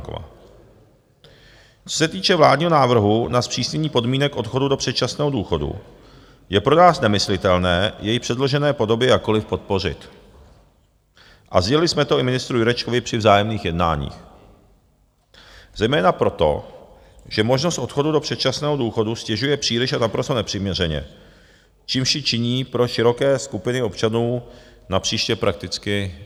Co se týče vládního návrhu na zpřísnění podmínek odchodu do předčasného důchodu, je pro nás nemyslitelné jej v předložené podobě jakkoliv podpořit a sdělili jsme to i ministru Jurečkovi při vzájemných jednáních zejména proto, že možnost odchodu do předčasného důchodu ztěžuje příliš a naprosto nepřiměřeně, čímž si činí pro široké skupiny občanů napříště prakticky nevyužitelnou.